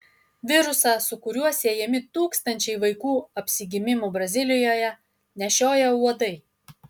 virusą su kuriuo siejami tūkstančiai vaikų apsigimimų brazilijoje nešioja uodai